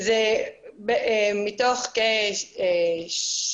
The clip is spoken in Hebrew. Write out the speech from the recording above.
מתוך כ-80.